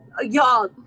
y'all